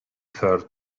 third